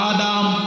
Adam